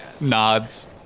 nods